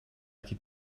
could